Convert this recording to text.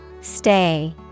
Stay